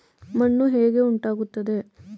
ಮಣ್ಣು ಹೇಗೆ ಉಂಟಾಗುತ್ತದೆ?